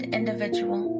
individual